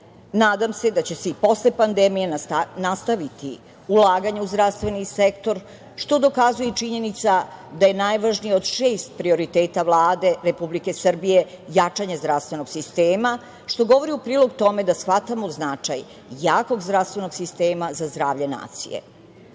Nadam se da će se i posle pandemije nastaviti ulaganje u zdravstveni sektor što dokazuje i činjenica da je najvažnije od šest prioriteta Vlade Republike Srbije jačanje zdravstvenog sistema, što govori u prilog tome da shvatamo značaj jakog zdravstvenog sistema za zdravlje nacije. Mi